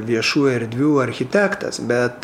viešų erdvių architektas bet